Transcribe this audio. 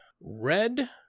red